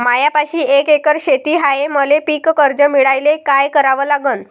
मायापाशी एक एकर शेत हाये, मले पीककर्ज मिळायले काय करावं लागन?